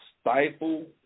stifle